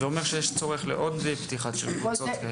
זה אומר שיש צורך בפתיחה של עוד קבוצות.